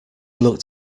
looked